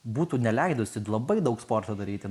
būtų neleidusi labai daug sporto daryti